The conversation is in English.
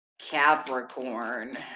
Capricorn